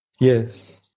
Yes